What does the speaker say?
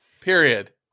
period